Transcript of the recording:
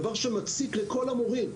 זה דבר שמציק לכל המורים.